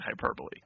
hyperbole